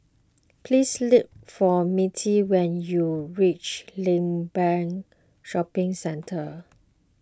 please look for Mittie when you reach Limbang Shopping Centre